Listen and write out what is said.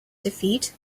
defeat